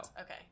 Okay